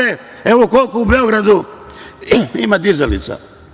Evo, koliko u Beogradu ima dizalica.